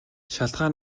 шалтгаан